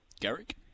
Garrick